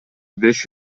беш